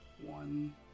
one